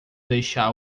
deixar